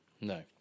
no